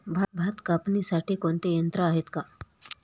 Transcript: भात कापणीसाठी कोणते यंत्र आहेत का?